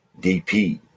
DP